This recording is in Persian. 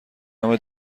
نام